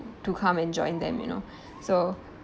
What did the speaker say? to come and join them you know so